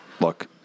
look